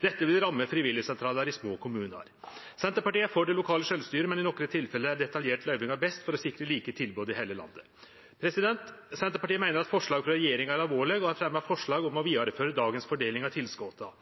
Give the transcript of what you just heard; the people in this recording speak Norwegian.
Dette vil ramma frivilligsentralar i små kommunar. Senterpartiet er for lokalt sjølvstyre, men i nokre tilfelle er detaljert løyving best for å sikra like tilbod i heile landet. Senterpartiet meiner forslaget frå regjeringa er alvorleg, og har fremja forslag om å vidareføra dagens fordeling av tilskota.